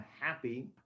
happy